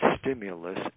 stimulus